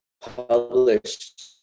published